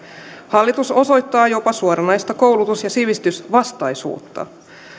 hallitus osoittaa jopa suoranaista koulutus ja sivistysvastaisuutta